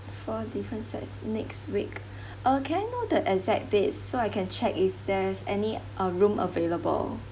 four different sets next week uh can know the exact date so I can check if there's any uh room available